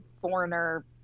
foreigner